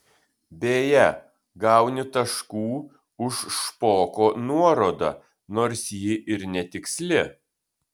beje gauni taškų už špoko nuorodą nors ji ir netiksli